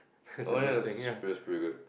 oh ya that was it's pretty good